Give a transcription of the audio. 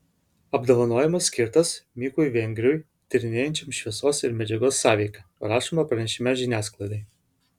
apdovanojimas skirtas mikui vengriui tyrinėjančiam šviesos ir medžiagos sąveiką rašoma pranešime žiniasklaidai